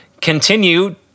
continue